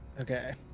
Okay